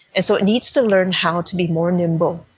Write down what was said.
and so it needs to learn how to be more nimble,